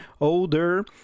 older